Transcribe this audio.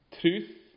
truth